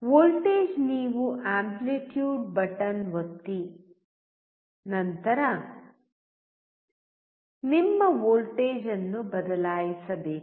voltage ನೀವು amplitude button ಒತ್ತಿ ನಂತರ ನಿಮ್ಮ ವೋಲ್ಟೇಜ್ ಅನ್ನು ಬದಲಾಯಿಸಬೇಕು